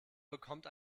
bekommt